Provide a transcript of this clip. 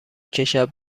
کشد